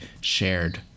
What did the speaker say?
shared